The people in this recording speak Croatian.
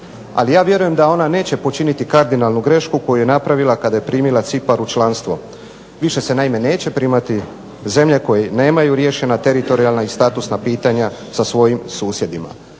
Ali ja vjerujem da ona neće počiniti kardinalnu grešku koju je napravila kada je primila Cipar u članstvo. Više se naime neće primati zemlje koje nemaju riješena teritorijalna i statusna pitanja sa svojim susjedima.